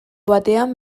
batean